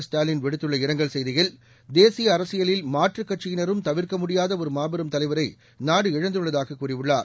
ஸ்டாலின் விடுத்துள்ள இரங்கல் செய்தியில் தேசிய அரசியலில் மாற்றுக் கட்சியினரும் தவிர்க்க முடியாத ஒரு மாபெரும் தலைவரை நாடு இழந்துள்ளதாக கூறியுள்ளார்